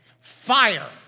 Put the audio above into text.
fire